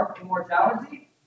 Immortality